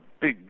big